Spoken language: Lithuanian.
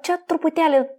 čia truputėlį